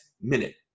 minute